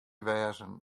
wêzen